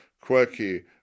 quirky